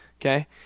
okay